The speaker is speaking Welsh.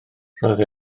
roedd